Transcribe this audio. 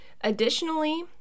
Additionally